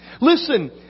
Listen